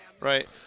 right